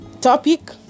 topic